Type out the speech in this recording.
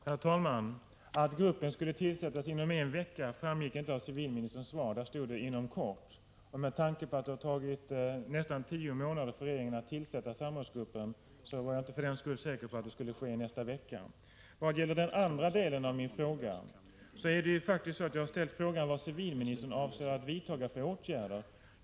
Herr talman! Att gruppen skulle tillsättas inom en vecka framgick inte av civilministerns svar. Där stod det ”inom kort”. Med tanke på att det har tagit nästan tio månader för regeringen att tillsätta samrådsgruppen var jag inte säker på att det skulle ske i nästa vecka. Den andra delen av min fråga gäller faktiskt vad civilministern avser att vidta för åtgärder.